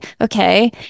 okay